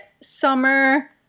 summer